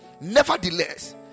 nevertheless